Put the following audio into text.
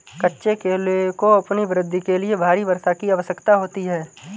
कच्चे केले को अपनी वृद्धि के लिए भारी वर्षा की आवश्यकता होती है